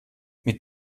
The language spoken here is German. mit